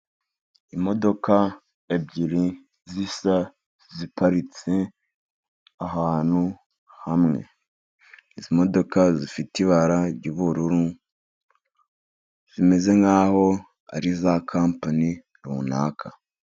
Imodoka ebyiri zisa ziparitse ahantu hamwe. Izi modoka zifite ibara ry'ubururu, zimeze nkaho ari Iza kampanI runaka.